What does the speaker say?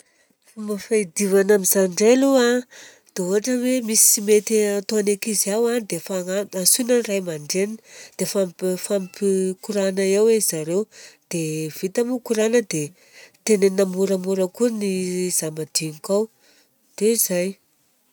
Fomba fiadivana amizay indray aloha a, dia ohatra hoe misy tsy mety ataon'ny ankizy ao a, dia fagnan- antsoina ny ray aman-dreniny dia mifampi- mifampikorana eo arizareo. Dia vita moa korana dia tenenina moramora koa ny zamadinika ao dia zay.